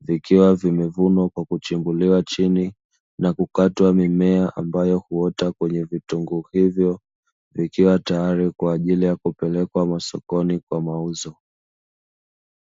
vikiwa vimevunwa kwa kuchimbuliwa kwa chini, na kukatwa mimea ambayo huota kwenye vitunguu hivyo, vikiwa tayari kwa ajili ya kupelekwa sokoni kwa mauzo.